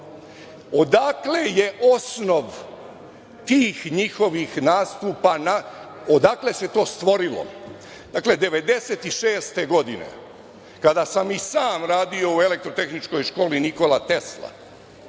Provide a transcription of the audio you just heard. odakle je osnov tih njihovih nastupa, odakle se to stvorilo? Dakle, 1996. godine, kada sam i sam radio u Elektrotehničkoj školi „Nikola Tesla“,